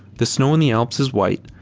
the snow in the alps is white,